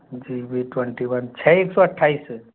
जी V twenty one छ एक सौ अट्ठाईस